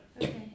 Okay